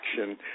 action